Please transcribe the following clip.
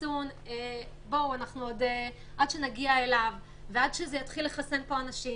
ייקח זמן עד שנגיע אל החיסון ועד שיתחילו לחסן פה אנשים,